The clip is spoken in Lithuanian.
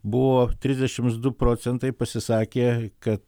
buvo trisdešimts du procentai pasisakė kad